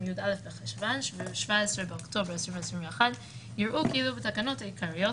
י"א בחשוון 17/10/2021 יראו כאילו בתקנות העיקריות,